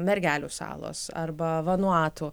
mergelių salos arba vanuatu